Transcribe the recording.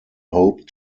hoped